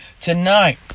Tonight